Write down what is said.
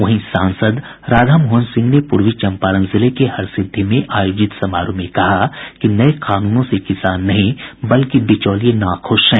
वहीं सांसद राधा मोहन सिंह ने पूर्वी चंपारण जिले के हरसिद्धी में आयोजित समारोह में कहा कि नये कानूनों से किसान नहीं बल्कि बिचौलिये नाख़श हैं